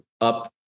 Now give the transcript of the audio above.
up